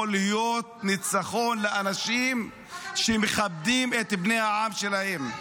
להיות ניצחון לאנשים שמכבדים את בני העם שלהם.